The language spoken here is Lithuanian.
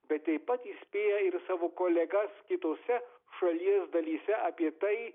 bet taip pat įspėja ir savo kolegas kitose šalies dalyse apie tai